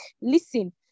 listen